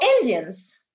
Indians